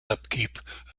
upkeep